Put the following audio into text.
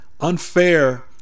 unfair